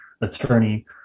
attorney